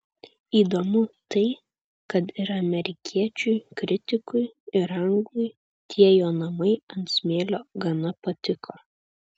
įdomu tai kad ir amerikiečiui kritikui ir anglui tie jo namai ant smėlio gana patiko